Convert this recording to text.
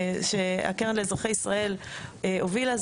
ושהקרן לאזרחי ישראל הובילה,